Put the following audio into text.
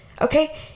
okay